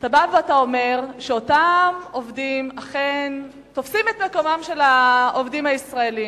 אתה אומר שאותם עובדים אכן תופסים את מקומם של העובדים הישראלים.